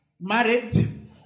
married